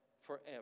forever